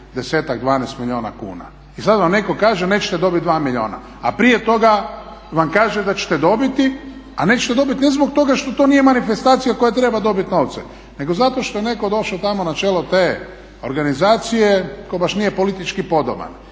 10, 12 milijuna kuna. I sad vam netko kaže nećete dobiti 2 milijuna, a prije toga vam kaže da ćete dobiti, a nećete dobiti ne zbog toga što to nije manifestacija koja treba dobiti novce, nego zato što je netko došao tamo na čelo te organizacije ko baš nije politički podoban.